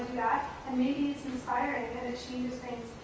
and maybe it's inspiring and achieves things,